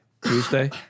tuesday